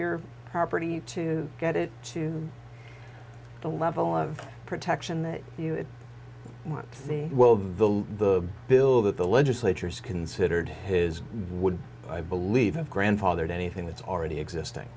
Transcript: your property to get it to the level of protection that you want the well the bill that the legislature has considered his would i believe have grandfathered anything that's already existing